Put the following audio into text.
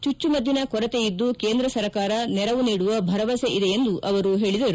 ಚುಚ್ಚುಮದ್ದಿನ ಕೊರತೆ ಇದ್ದು ಕೇಂದ್ರ ಸರ್ಕಾರ ನೆರವು ನೀಡುವ ಭರವಸೆ ಇದೆ ಎಂದು ಅವರು ಹೇಳಿದರು